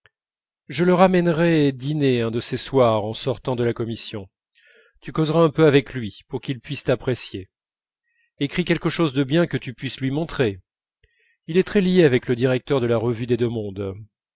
je le ramènerai dîner un de ces soirs en sortant de la commission tu causeras un peu avec lui pour qu'il puisse t'apprécier écris quelque chose de bien que tu puisses lui montrer il est très lié avec le directeur de la revue des deux-mondes